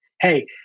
Hey